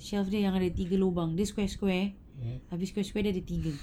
shelf dia yang ada tiga lubang dia square square habis square square dia ada tiga